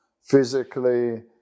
physically